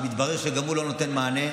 שמתברר שהוא גם לא נותן מענה,